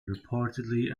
reportedly